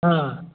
हँ